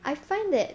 I find that